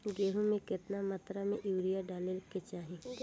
गेहूँ में केतना मात्रा में यूरिया डाले के चाही?